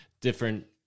different